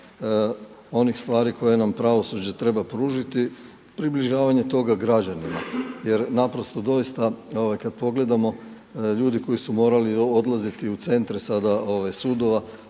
onih stvari koje nam pravosuđe treba pružiti, približavanja toga građanima jer naprosto doista kada pogledamo ljudi koji su morali odlazit u centre sudova